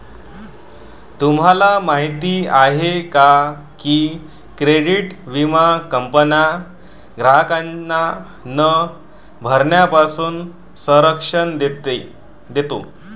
तुम्हाला माहिती आहे का की क्रेडिट विमा कंपन्यांना ग्राहकांच्या न भरण्यापासून संरक्षण देतो